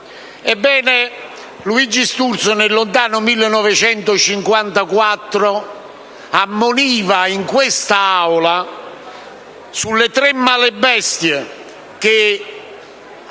Ebbene, Luigi Sturzo, nel lontano 1954, ammoniva in questa Aula sulle tre «male bestie» che avrebbero